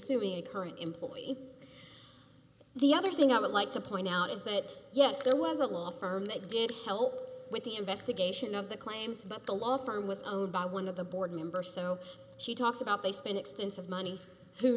suing a current employee the other thing i would like to point out is that yes there was a law firm that did help with the investigation of the claims about the law firm was owed by one of the board member so she talks about they spend extensive money who